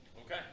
Okay